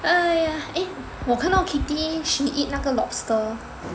!aiya! eh 我看到 Kitty 去 eat 那个 lobster